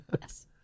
yes